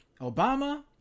obama